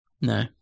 No